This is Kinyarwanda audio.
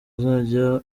azajya